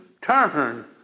turn